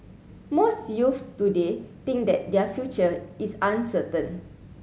most youths today think that their future is uncertain